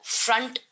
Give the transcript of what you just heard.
front